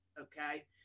Okay